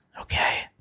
okay